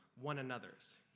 one-anothers